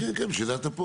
כן, בשביל זה אתה פה.